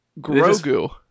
Grogu